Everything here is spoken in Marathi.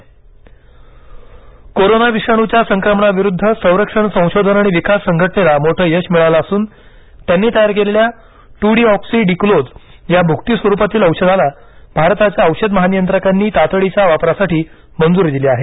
D R D O corona विषाणूच्या संक्रमणाविरुद्ध संरक्षण संशोधन आणि विकास संघटनेला मोठं यश मिळालं असून त्यांनी तयार केलेल्या ट्र डीऑक्सी डी ग्लुकोज या भुकटी स्वरुपातील औषधाला भारताच्या औषध महानियंत्रकांनी तातडीच्या वापरासाठी मंजुरी दिली आहे